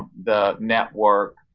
the network,